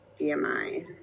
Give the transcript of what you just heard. BMI